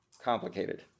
complicated